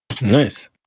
Nice